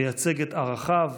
לייצג את ערכיו,